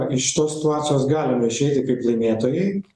iš šitos situacijos galime išeiti kaip laimėtojai